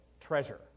treasure